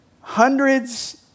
hundreds